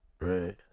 Right